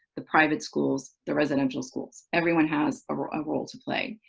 the private schools, the residential schools. everyone has a role ah role to play.